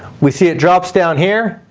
we see it drops down here,